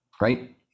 Right